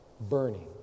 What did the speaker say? burning